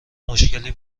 مشکلی